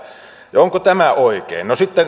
onko tämä oikein sitten